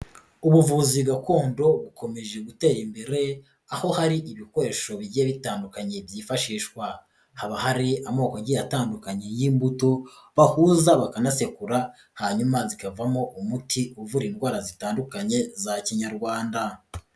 Ubuvuzi gakondo bukomeje gutera imbere, aho hari ibikoresho bigiye bitandukanye byifashishwa. Haba hari amoko agiye atandukanye y'imbuto, bahuza, bakanasekura, hanyuma zikavamo umuti uvura indwara zitandukanye za kinyarwanda.